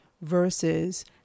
versus